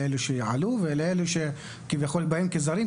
לאלה שיעלו ולאלה שבאים כזרים.